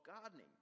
gardening